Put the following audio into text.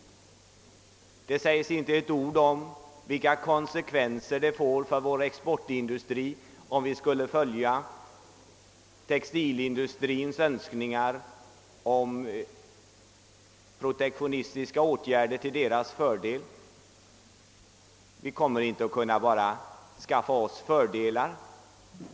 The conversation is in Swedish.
Det sägs inte ett ord om vad det får för konsekvenser för vår exportindustri, om vi skullle följa textilindustrins önskningar om protektionistiska åtgärder till dess fördel. Vi kan inte bara skaffa oss fördelar.